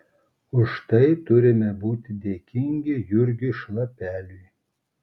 už tai turime būti dėkingi jurgiui šlapeliui